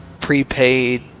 prepaid